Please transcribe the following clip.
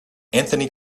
anthony